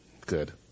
Good